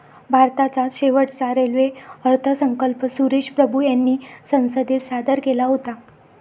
भारताचा शेवटचा रेल्वे अर्थसंकल्प सुरेश प्रभू यांनी संसदेत सादर केला होता